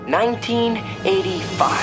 1985